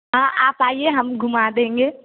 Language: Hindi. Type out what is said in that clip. हाँ आप आइए हम घुमा देंगे